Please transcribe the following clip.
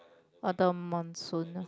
or the monsoon